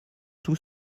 tout